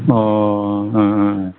अ